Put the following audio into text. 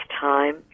time